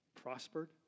Prospered